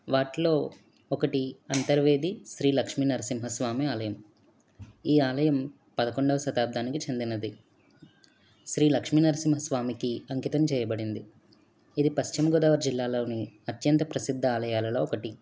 వాటిలో ఒకటి అంతర్వేది శ్రీ లక్ష్మీనరసింహస్వామి ఆలయం ఈ ఆలయం పదకొండవ శతాబ్దానికి చెందినది శ్రీ లక్ష్మీనరసింహస్వామికి అంకితం చేయబడింది ఇది పశ్చిమ గోదావరి జిల్లాలోని అత్యంత ప్రసిద్ధ ఆలయాలలో ఒకటి